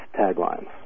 taglines